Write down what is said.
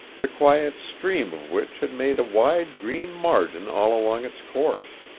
the quiet stream of which had made a wide green margin all along its course.